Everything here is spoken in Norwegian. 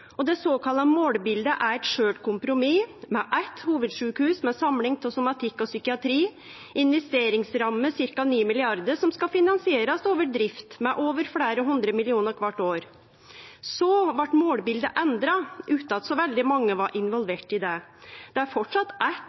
og det såkalla målbiletet er eit skjørt kompromiss, med eitt hovudsjukehus med samling av somatikk og psykiatri og ei investeringsramme på ca. 9 mrd. kr som skal finansierast over drift med fleire hundre millionar kvart år. Så blei målbiletet endra, utan at så veldig mange var involverte i det. Det er framleis eitt